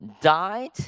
died